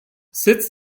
sitz